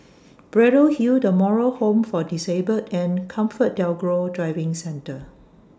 Braddell Hill The Moral Home For Disabled and ComfortDelGro Driving Centre